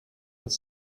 with